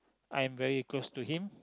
I am very close to him